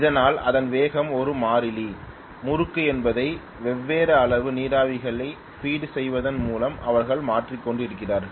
அதனால் அதன் வேகம் ஒரு மாறிலி முறுக்கு என்பதை வெவ்வேறு அளவு நீராவிகளை பீடு செய்வதன் மூலம் அவர்கள் மாற்றிக் கொண்டிருக்கிறார்கள்